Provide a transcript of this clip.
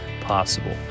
possible